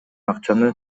акчаны